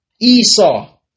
Esau